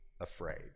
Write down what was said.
afraid